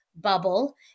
bubble